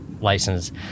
license